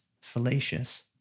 fallacious